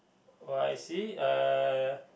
oh I see uh